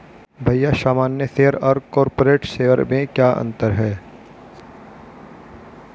भैया सामान्य शेयर और कॉरपोरेट्स शेयर में क्या अंतर है?